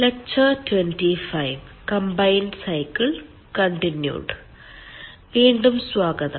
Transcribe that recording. വീണ്ടും സ്വാഗതം